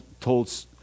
told